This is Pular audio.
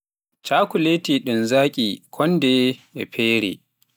chakulate ndun zaki konwonde e feere.